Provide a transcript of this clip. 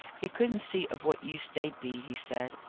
he couldn't see of what use they'd be, he said.